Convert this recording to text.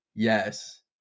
Yes